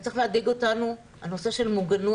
זה צריך להדאיג אותנו הנושא של המוגנות,